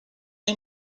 est